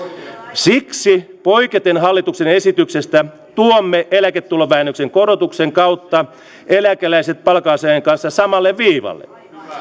siksi poiketen hallituksen esityksestä tuomme eläketulovähennyksen korotuksen kautta eläkeläiset palkansaajien kanssa samalle viivalle